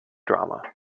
drama